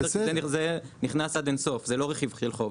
זה לא רכיב של חוב.